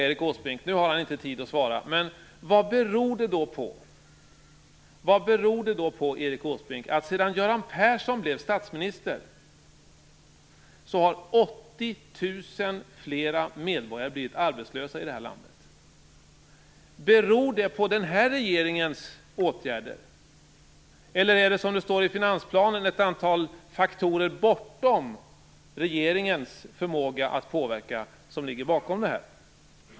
Erik Åsbrink har inte tid att svara, men jag skulle ändå vilja fråga honom följande: Vad beror det då på att ytterligare 80 000 medborgare har blivit arbetslösa i detta land sedan Göran Persson blev statsminister? Beror det på regeringens åtgärder, eller är det, som det står i finansplanen, ett antal faktorer som regeringen inte har förmåga att påverka som ligger bakom?